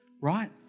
right